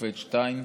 השופט שטיין,